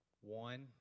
One